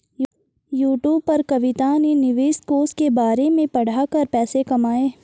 YouTube पर कविता ने निवेश कोष के बारे में पढ़ा कर पैसे कमाए